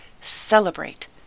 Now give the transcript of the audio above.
celebrate